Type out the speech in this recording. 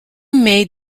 made